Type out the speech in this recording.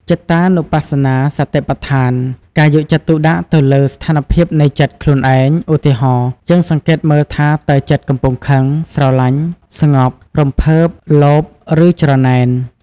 ចិត្តានុបស្សនាសតិប្បដ្ឋាន ការយកចិត្តទុកដាក់ទៅលើស្ថានភាពនៃ ចិត្ត ខ្លួនឯង ឧទាហរណ៍ យើងសង្កេតមើលថាតើចិត្តកំពុងខឹង ស្រលាញ់ ស្ងប់ រំភើប លោភ ឬច្រណែន។